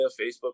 Facebook